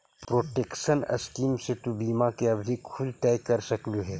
protection scheme से तु बीमा की अवधि खुद तय कर सकलू हे